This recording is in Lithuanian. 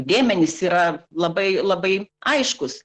dėmenys yra labai labai aiškūs